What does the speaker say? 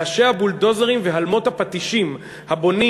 רעשי הבולדוזרים והלמות הפטישים הבונים